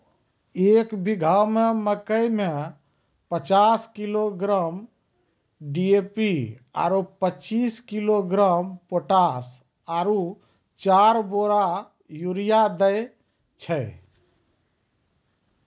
एक बीघा मे मकई मे पचास किलोग्राम डी.ए.पी आरु पचीस किलोग्राम पोटास आरु चार बोरा यूरिया दैय छैय?